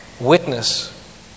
witness